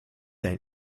dein